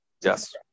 Yes